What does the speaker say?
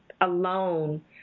alone